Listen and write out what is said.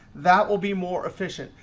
that will be more efficient.